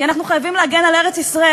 כי אנחנו חייבים להגן על ארץ-ישראל.